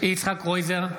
יצחק קרויזר,